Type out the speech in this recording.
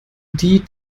die